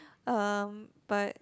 uh but